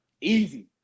Easy